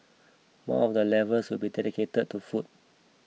one of the levels will be dedicated to food